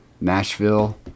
Nashville